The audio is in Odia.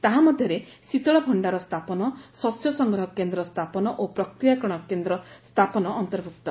ତାହା ମଧ୍ୟରେ ଶୀତଳ ଭଣ୍ଡାର ସ୍ଥାପନ ଶସ୍ୟ ସଂଗ୍ରହ କେନ୍ଦ୍ର ସ୍ଥାପନ ଓ ପ୍ରକ୍ରିୟାକରଣ କେନ୍ଦ୍ର ସ୍ଥାପନ ଅନ୍ତର୍ଭୁକ୍ତ